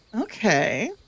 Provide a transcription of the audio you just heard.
Okay